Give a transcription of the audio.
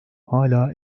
hala